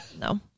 No